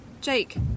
Jake